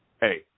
hey